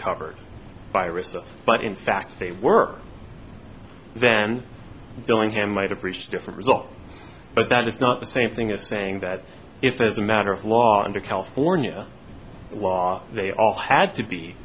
covered by recess but in fact they were then dillingham might have reached a different result but that is not the same thing as saying that if as a matter of law under california law they all had to be